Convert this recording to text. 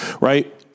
right